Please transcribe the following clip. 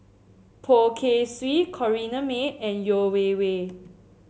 Poh Kay Swee Corrinne May and Yeo Wei Wei